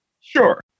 Sure